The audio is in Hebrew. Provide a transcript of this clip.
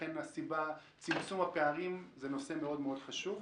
לכן צמצום הפערים זה נושא מאוד מאוד חשוב.